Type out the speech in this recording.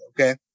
Okay